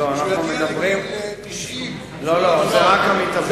כשהוא יגיע לגיל 90, לא, זה רק המתאבד,